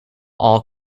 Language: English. all